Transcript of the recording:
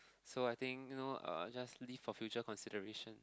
so I think you know uh just leave for future consideration